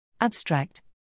Abstract